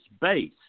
base